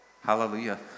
hallelujah